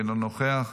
אינו נוכח,